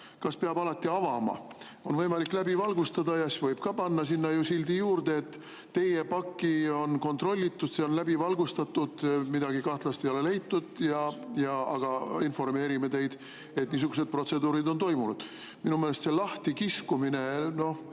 Kas peab alati avama? On võimalik läbi valgustada ja siis võib ka panna sinna juurde sildi "Teie pakki on kontrollitud, see on läbi valgustatud. Midagi kahtlast ei leitud, aga informeerime teid, et niisugused protseduurid on toimunud". Minu meelest see lahtikiskumine on